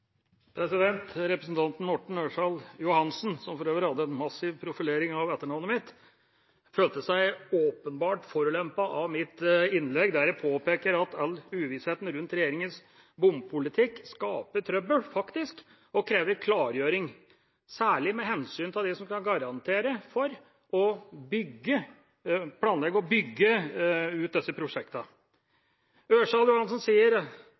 massiv profilering av etternavnet mitt, følte seg åpenbart forulempet av mitt innlegg der jeg påpekte at all uvissheten rundt regjeringas bompolitikk faktisk skaper trøbbel og krever klargjøring, særlig med hensyn til dem som skal garantere for å planlegge og bygge ut disse prosjektene. Ørsal Johansen sa at det ikke er noe lokalt påtrykk for prosjektet som jeg nevnte, altså E16 Bagn-Bjørgo. Det er så